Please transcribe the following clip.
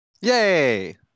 Yay